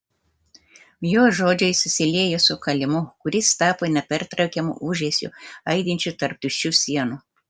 jo žodžiai susiliejo su kalimu kuris tapo nepertraukiamu ūžesiu aidinčiu tarp tuščių sienų